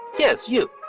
yes, you.